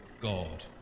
God